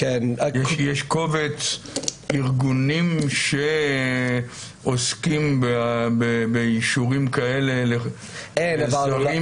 אז אם יש קובץ ארגונים שעוסקים באישורים כאלה להסדרים